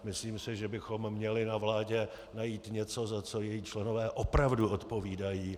Myslím si, že bychom měli na vládě najít něco, za co její členové opravdu odpovídají.